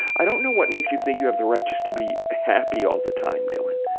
i don't know what makes you think you have the right just to be happy all the time, dylan.